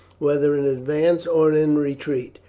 whether in advance or in retreat,